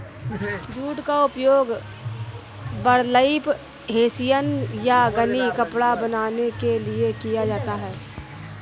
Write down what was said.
jute का उपयोग burlap hessian या गनी कपड़ा बनाने के लिए किया जाता है